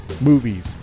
movies